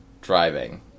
driving